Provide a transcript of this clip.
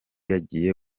yagiye